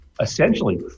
Essentially